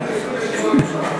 שודדים.